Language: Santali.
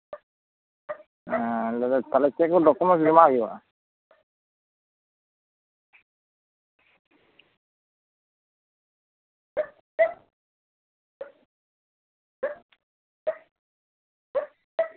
ᱚ ᱛᱟᱞᱦᱮ ᱪᱮᱫ ᱠᱚ ᱰᱚᱠᱩᱢᱮᱱᱴᱥ ᱡᱚᱢᱟᱭ ᱦᱩᱭᱩᱜᱼᱟ